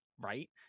right